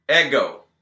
ego